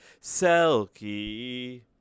Selkie